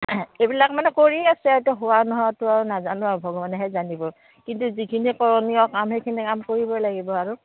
এইবিলাক মানে কৰি আছে এইতো হোৱা নোহোৱাতো আৰু নাজানো আৰু ভগৱানেহে জানিব কিন্তু যিখিনি কৰণীয় কাম সেইখিনি কাম কৰিবই লাগিব আৰু